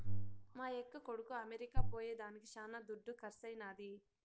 మా యక్క కొడుకు అమెరికా పోయేదానికి శానా దుడ్డు కర్సైనాది